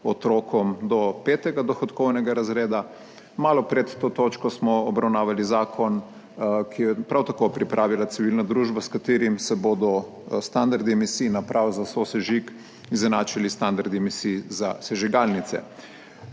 otrokom do petega dohodkovnega razreda. Malo pred to točko smo obravnavali zakon, ki ga je prav tako pripravila civilna družba, s katerim se bodo standardi emisij naprav za sosežig izenačili s standardi emisij za sežigalnice.